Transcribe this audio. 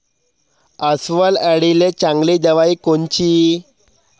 अस्वल अळीले चांगली दवाई कोनची?